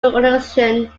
organization